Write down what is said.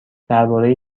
درباره